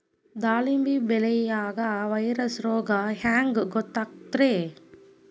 ದಾಳಿಂಬಿ ಬೆಳಿಯಾಗ ವೈರಸ್ ರೋಗ ಹ್ಯಾಂಗ ಗೊತ್ತಾಕ್ಕತ್ರೇ?